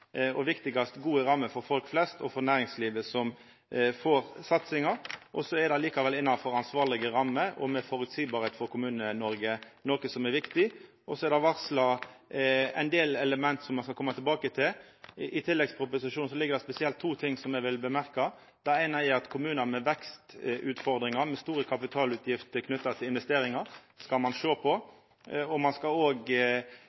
og viktigast – gode rammer for folk flest og for næringslivet, som får satsingar, og så er det likevel innanfor ansvarlege rammer og føreseieleg for Kommune-Noreg, noko som er viktig. Så er det varsla ein del element som me skal koma tilbake til. I tilleggsproposisjonen ligg det spesielt to ting som eg vil nemna. Det eine er at ein skal sjå på kommunar med vekstutfordringar, med store kapitalutgifter knytte til investeringar. Ein skal